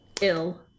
ill